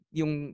yung